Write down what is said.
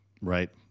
Right